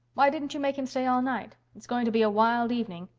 why didn't you make him stay all night. it's going to be a wild evening.